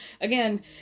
Again